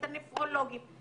את הנפרולוגים,